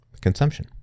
consumption